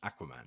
Aquaman